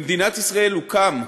במדינת ישראל הוקם,